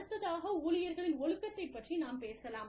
அடுத்ததாக ஊழியர்களின் ஒழுக்கத்தைப் பற்றி நாம் பேசலாம்